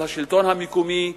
על השלטון המקומי,